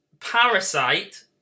Parasite